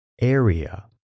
area